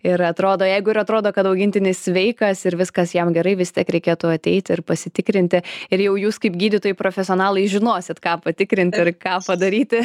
ir atrodo jeigu ir atrodo kad augintinis sveikas ir viskas jam gerai vis tiek reikėtų ateiti ir pasitikrinti ir jau jūs kaip gydytojai profesionalai žinosit ką patikrint ir ką padaryti